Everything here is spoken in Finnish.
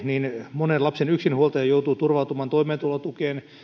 monen lapsen yksinhuoltaja joutuu turvautumaan toimeentulotukeen